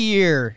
Year